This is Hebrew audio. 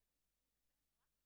הוא צריך להוכיח קשר סיבתי.